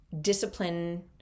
discipline